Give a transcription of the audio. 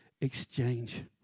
exchange